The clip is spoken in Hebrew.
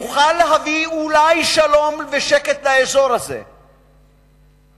שיוכל להביא אולי שלום ושקט לאזור הזה ברמאות,